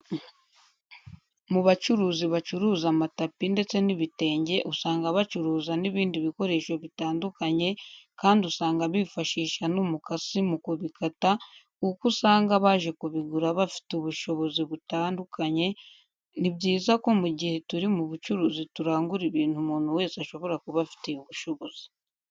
Mu bacuruzi bacuruza amatapi ndetse n'ibitenge usanga bacuruza n'ibindi bikoresho bitandukanye kandi usanga bifashisha n'umukasi mu kubikata kuko usanga abaje kubigura bafite ubushobozi butandukanye, ni byiza ko mu gihe turi mu bucuruzi turangura ibintu umuntu wese ashobora kuba afitiye ubushobozi.